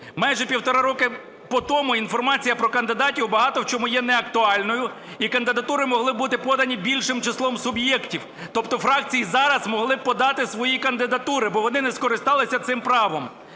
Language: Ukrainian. Майже півтора роки потому інформація про кандидатів багато в чому є неактуальною. І кандидатури могли бути подані більшим числом суб'єктів, тобто фракції зараз могли б подати свої кандидатури, бо вони не скористалися цим правом.